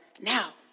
now